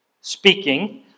speaking